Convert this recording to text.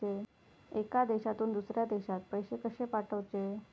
एका देशातून दुसऱ्या देशात पैसे कशे पाठवचे?